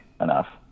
enough